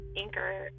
Anchor